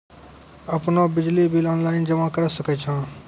आपनौ बिजली bill online जमा करै सकै छौ?